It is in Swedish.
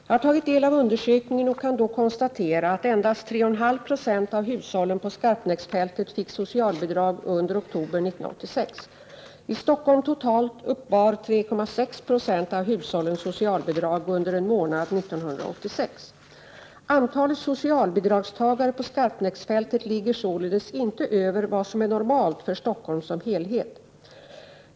Jag har tagit del av undersökningen och kan då konstatera att endast 3,5 920 av hushållen på Skarpnäcksfältet fick socialbidrag under oktober 1986. I Stockholm totalt uppbar 3,6 26 av hushållen socialbidrag under en månad 1986. Antalet socialbidragstagare på Skarpnäcksfältet ligger således inte över vad som är normalt för Stockholm som helhet.